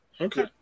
Okay